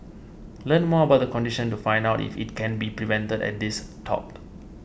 learn more about the condition and find out if it can be prevented at this talk